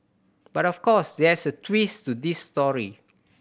but of course there's a twist to this story